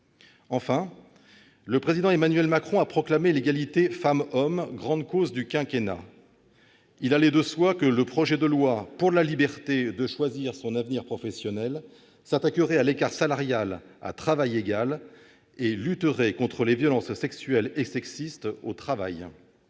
Enfin, le Président Emmanuel Macron a proclamé l'égalité femmes-hommes grande cause du quinquennat. Il allait de soi que le projet de loi pour la liberté de choisir son avenir professionnel s'attaquerait à l'écart salarial à travail égal et lutterait contre les violences sexuelles et sexistes au travail.